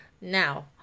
Now